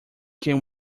can